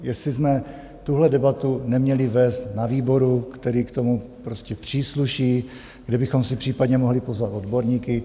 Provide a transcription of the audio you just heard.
Jestli jsme tuhle debatu neměli vést na výboru, který k tomu prostě přísluší, kde bychom si případně mohli pozvat odborníky.